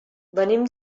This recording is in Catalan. venim